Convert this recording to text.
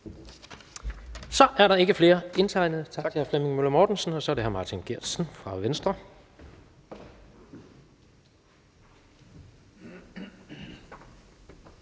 Så er der ikke flere indtegnet. Tak til hr. Flemming Møller Mortensen, og så er det hr. Marting Geertsen fra Venstre.